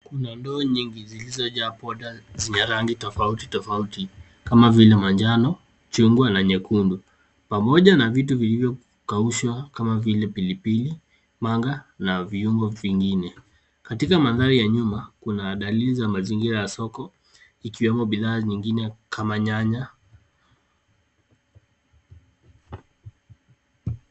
Kuna ndoo nyingi zilizojaa poda zenye rangi tofauti tofauti kama vile manjano, chungwa na nyekundu pamoja na vitu vilivyokaushwa kama vile pilipili manga na viungo vingine. Katika mandhari ya nyuma, kuna dalili za mazingira ya soko ikiwemo bidhaa nyingine kama nyanya.